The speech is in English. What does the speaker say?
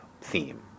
theme